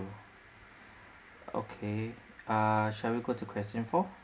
okay ah shall we go to question four